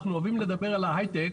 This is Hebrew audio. אנחנו אוהבים לדבר על ההיי-טק,